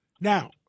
now